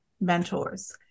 mentors